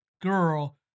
girl